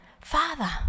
Father